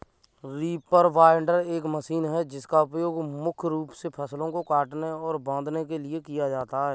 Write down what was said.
reaper binder एक machine है जिसका उपयोग मुख्य रूप से फसलों को काटने और बांधने के लिए किया जाता है